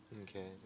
Okay